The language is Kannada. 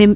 ಎಂ